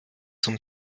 zum